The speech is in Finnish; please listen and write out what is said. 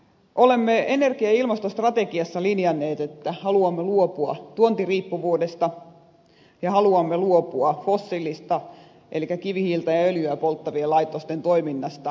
olemme energia ja ilmastostrategiassa linjanneet että haluamme luopua tuontiriippuvuudesta ja haluamme luopua fossiilisista elikkä kivihiiltä ja öljyä polttavien laitosten toiminnasta suurimmassa määrin